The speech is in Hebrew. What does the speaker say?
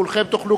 כולכם תוכלו,